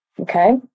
Okay